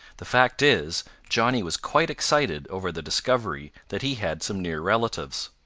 the fact is, johnny was quite excited over the discovery that he had some near relatives.